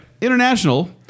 International